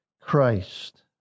Christ